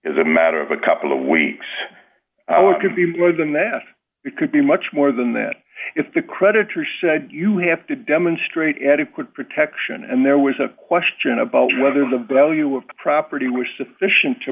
as a matter of a couple of weeks i would give you more than that it could be much more than that if the creditor said you have to demonstrate adequate protection and there was a question about whether the value of property were sufficient to